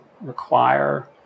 require